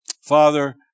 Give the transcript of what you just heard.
Father